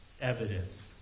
evidence